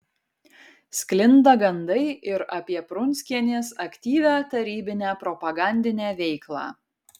sklinda gandai ir apie prunskienės aktyvią tarybinę propagandinę veiklą